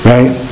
Right